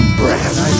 breath